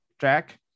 jack